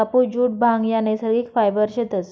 कापुस, जुट, भांग ह्या नैसर्गिक फायबर शेतस